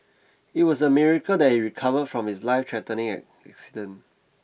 it was a miracle that he recovered from his lifethreatening accident